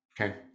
Okay